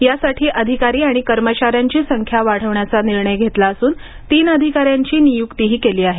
यासाठी अधिकारी आणि कर्मचाऱ्यांची संख्या वाढवण्याचा निर्णय घेतला अस्रन तीन अधिकाऱ्यांची निय्क्तीही केली आहे